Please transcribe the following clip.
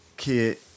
Kid